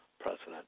president